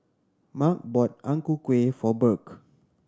Marc bought Ang Ku Kueh for Burk